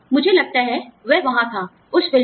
मुझे लगता है वह वहाँ था उस फिल्म में